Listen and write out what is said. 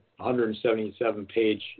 177-page